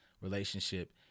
relationship